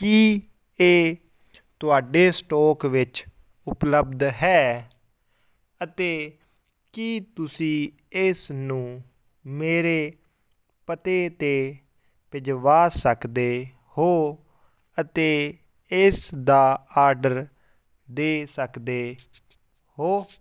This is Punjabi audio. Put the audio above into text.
ਕੀ ਇਹ ਤੁਹਾਡੇ ਸਟੋਕ ਵਿੱਚ ਉਪਲਬੱਧ ਹੈ ਅਤੇ ਕੀ ਤੁਸੀਂ ਇਸ ਨੂੰ ਮੇਰੇ ਪਤੇ 'ਤੇ ਭਿਜਵਾ ਸਕਦੇ ਹੋ ਅਤੇ ਇਸ ਦਾ ਆਰਡਰ ਦੇ ਸਕਦੇ ਹੋ